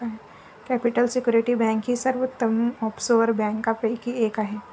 capital Security Bank ही सर्वोत्तम offshore बँकांपैकी एक आहे